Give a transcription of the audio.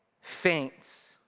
faints